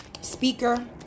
speaker